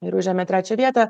ir užėmė trečią vietą